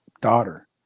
daughter